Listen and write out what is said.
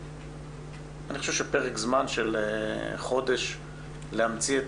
אני חושב שפרק זמן של חודש להמציא את